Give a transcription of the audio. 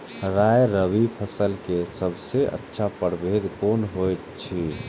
राय रबि फसल के सबसे अच्छा परभेद कोन होयत अछि?